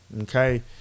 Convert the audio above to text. okay